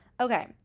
okay